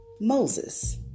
Moses